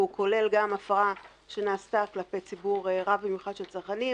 והוא כולל גם הפרה שנעשתה כלפי ציבור רב במיוחד של צרכנים,